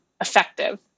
effective